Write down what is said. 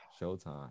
Showtime